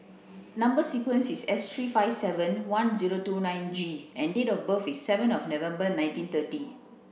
number sequence is S three five seven one zero two nine G and date of birth is seven of November nineteen thirty